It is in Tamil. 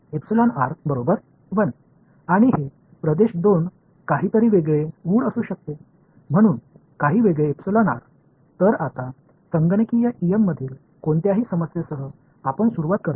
எடுத்துக்காட்டாக ஒளிபரப்பப்படுவது 1 ஆக இருக்கலாம் இந்த பகுதி 2 வேறு ஏதாவது இருக்கலாம் எனவே சில வேறுபட்டவை